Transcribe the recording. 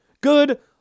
Good